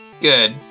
Good